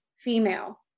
female